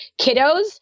kiddos